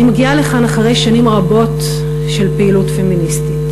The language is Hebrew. אני מגיעה לכאן אחרי שנים ארוכות של פעילות פמיניסטית.